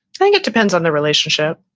think it depends on the relationship.